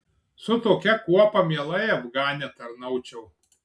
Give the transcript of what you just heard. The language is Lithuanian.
su tokia kuopa mielai afgane tarnaučiau